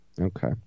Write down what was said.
Okay